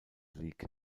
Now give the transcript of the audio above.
league